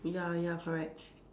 ya ya correct